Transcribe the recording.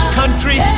country